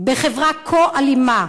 בחברה כה אלימה?